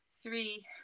three